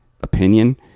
opinion